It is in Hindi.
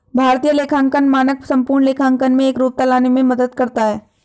भारतीय लेखांकन मानक संपूर्ण लेखांकन में एकरूपता लाने में मदद करता है